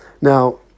Now